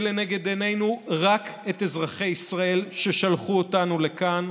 לנגד עינינו רק את אזרחי ישראל ששלחו אותנו לכאן,